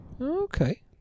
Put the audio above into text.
Okay